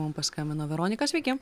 mum paskambino veronika sveiki